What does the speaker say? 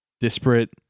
disparate